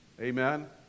Amen